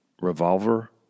Revolver